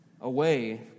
away